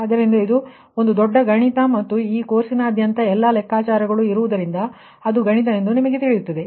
ಆದ್ದರಿಂದ ಇದು ಒಂದು ದೊಡ್ಡ ಗಣಿತ ಮತ್ತು ಈ ಕೋರ್ಸ್ನಾದ್ಯಂತ ಅನೇಕ ಲೆಕ್ಕಾಚಾರಗಳು ಇರುವುದರಿಂದ ಅದು ಗಣಿತ ಎಂದು ನಿಮಗೆ ತಿಳಿಯುತ್ತದೆ